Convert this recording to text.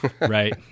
Right